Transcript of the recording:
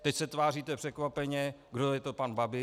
Teď se tváříte překvapeně, kdo je to pan Babiš.